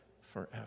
forever